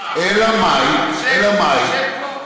שב פה.